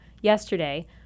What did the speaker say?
yesterday